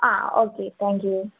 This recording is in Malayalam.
ആ ഓക്കെ താങ്ക് യൂ